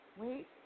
wait